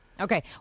Okay